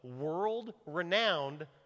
world-renowned